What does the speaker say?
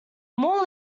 more